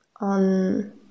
on